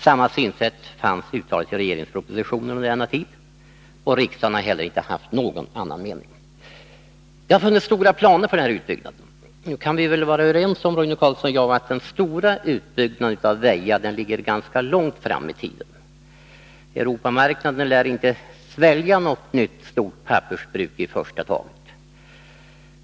Samma synsätt fanns i regeringens propositioner under denna tid, och riksdagen har inte heller haft någon annan mening. Det har funnits stora planer för den här utbyggnaden. Nu kan nog Roine Carlsson och jag vara överens om att den stora utbyggnaden av Väjafabriken ligger ganska långt fram i tiden — Europamarknaden lär inte i första taget svälja något nytt stort pappersbruk.